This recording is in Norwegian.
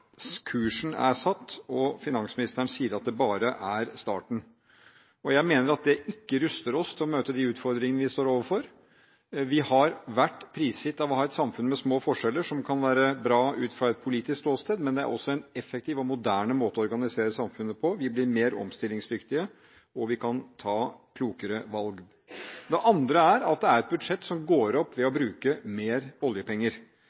Kursen er satt, og finansministeren sier at det bare er starten. Jeg mener at det ikke ruster oss til å møte de utfordringene vi står overfor. Vi har vært prisgitt et samfunn med små forskjeller, som kan være bra ut fra et politisk ståsted, men det er også en effektiv og moderne måte å organisere samfunnet på. Vi blir mer omstillingsdyktige, og vi kan ta klokere valg. Det andre er at det er et budsjett som går opp